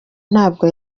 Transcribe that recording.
ntabwo